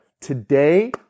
today